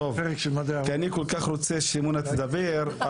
מדעי החברה.